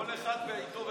כל אחד בעיתו ובזמנו.